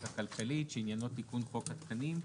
הכלכלית שעניינו תיקון חוק התקנים.